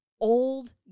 old